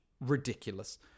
Ridiculous